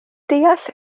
deall